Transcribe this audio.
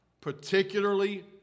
particularly